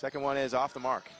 second one is off the mark